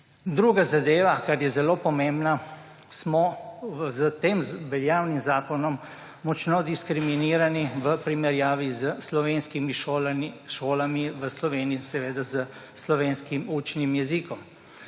Druga zadeva, ki je zelo pomembna, smo s tem veljavnim zakonom močno diskriminirani v primerjavi s slovenskimi šolami, šolami v Sloveniji, s slovenskim učnim jezikom.